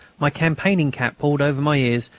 my campaigning cap pulled over my ears,